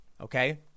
okay